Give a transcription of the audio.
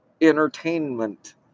entertainment